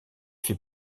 fait